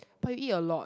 but you eat a lot